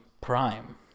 Prime